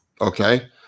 Okay